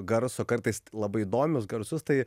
garso kartais labai įdomius garsus tai